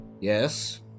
Yes